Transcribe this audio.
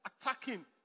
attacking